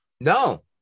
no